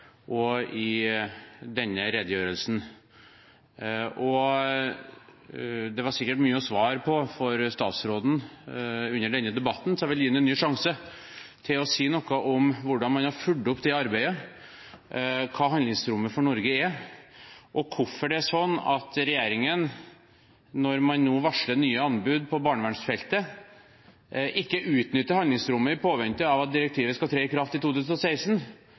og i denne redegjørelsen. Under denne debatten har det sikkert vært mye å svare på for statsråden. Jeg vil gi ham en ny sjanse til å si noe om hvordan man har fulgt opp dette arbeidet, hva handlingsrommet for Norge er, og hvorfor regjeringen, når den nå varsler nye anbud på barnevernsfeltet, ikke utnytter handlingsrommet – i påvente av at direktivet skal tre i kraft i 2016